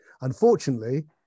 Unfortunately